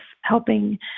helping